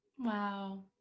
Wow